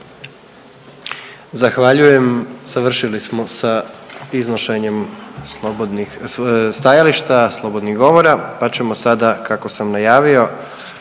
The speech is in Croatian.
(HDZ)** Završili smo sa iznošenjem stajališta, slobodnih govora pa ćemo sada kako sam najavio